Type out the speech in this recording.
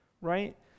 right